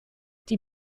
die